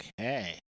Okay